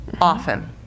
often